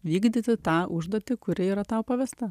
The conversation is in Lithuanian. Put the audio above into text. vykdyti tą užduotį kuri yra tau pavesta